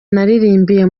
naririmbiye